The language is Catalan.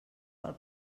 pel